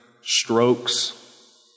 strokes